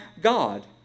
God